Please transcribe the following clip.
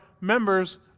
members